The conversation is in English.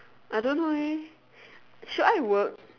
I don't know eh should I work